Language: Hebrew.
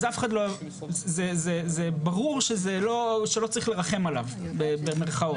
אז זה ברור שלא צריך "לרחם עליו" במירכאות.